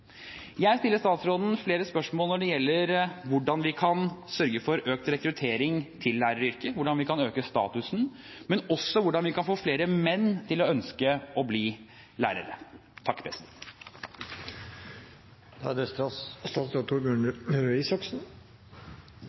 Jeg stiller statsråden flere spørsmål om hvordan vi kan sørge for økt rekruttering til læreryrket og hvordan vi kan øke statusen, men også om hvordan vi kan få flere menn til å ønske å bli lærere. I 2015 er de aller fleste enige om at det